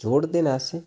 जोड़दे न ऐसे